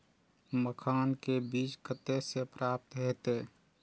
मखान के बीज कते से प्राप्त हैते?